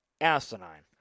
asinine